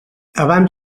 abans